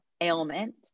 ailment